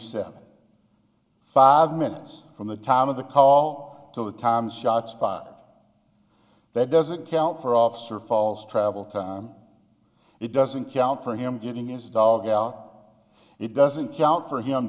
seven five minutes from the time of the call to the time shots fired and that doesn't count for officer falls travel time it doesn't count for him getting his dog out it doesn't count for him